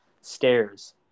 stairs